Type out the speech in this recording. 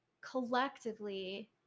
collectively